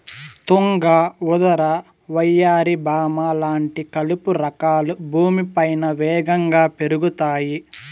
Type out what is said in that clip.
తుంగ, ఉదర, వయ్యారి భామ లాంటి కలుపు రకాలు భూమిపైన వేగంగా పెరుగుతాయి